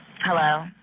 Hello